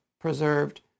preserved